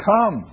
Come